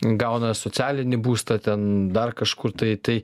gauna socialinį būstą ten dar kažkur tai